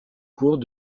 cours